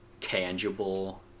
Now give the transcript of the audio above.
tangible